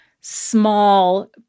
small